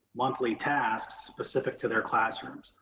monthly tasks specific to their classrooms.